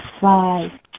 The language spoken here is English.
Five